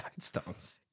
Guidestones